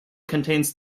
contains